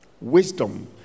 wisdom